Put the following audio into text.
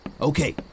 Okay